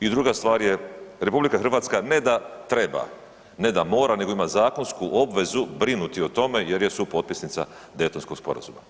I druga stvar je, RH ne da treba, ne da mora nego ima zakonsku obvezu brinuti o tome jer je supotpisnica Daytonskog sporazuma.